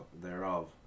thereof